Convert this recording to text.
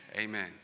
Amen